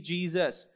Jesus